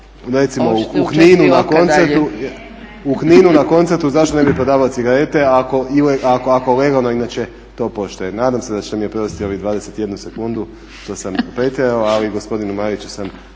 Recimo u Kninu na koncertu zašto ne bi prodavali cigarete ako legalno inače to poštuje. Nadam se da ćete mi oprostiti ovu 21 sekundu što sam pretjerao, ali gospodinu Mariću sam